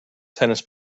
tennis